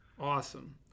Awesome